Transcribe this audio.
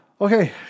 Okay